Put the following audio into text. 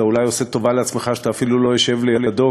אתה אולי עושה טובה לעצמך שאתה אפילו לא יושב לידו,